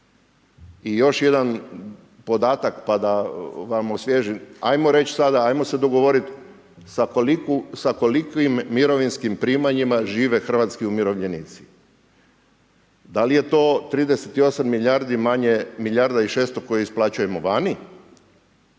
I još jedan podatak pa da vam osvježim. Ajmo reći sada, ajmo se dogovoriti sa kolikim mirovinskih primanjima žive hrvatski umirovljenici. Da li je to 38 milijardi manje milijarda i 600 koje isplaćujemo vani?